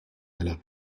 dalla